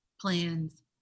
plans